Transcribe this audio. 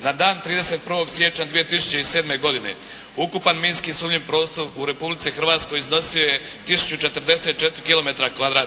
Na dan 31. siječnja 2007. godine ukupan minski sumnjivi prostor u Republici Hrvatskoj iznosio je 1044 km2.